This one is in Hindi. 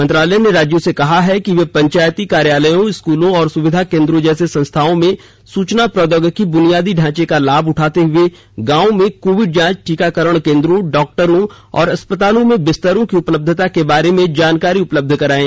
मंत्रालय ने राज्यों से यह भी कहा है कि वे पंचायत कार्यालयों स्कूलों और सुविधा केन्द्रों जैसी संस्थाओं में सूचना प्रौद्योगिकी बुनियादी ढांचे का लाभ उठाते हुए गांवों में कोविड जांच टीकाकरण केन्द्रों डॉक्टरों और अस्पतालों में बिस्तरों की उपलब्धता के बारे में जानकारी उपलब्ध कराएं